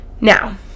now